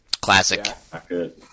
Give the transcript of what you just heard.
Classic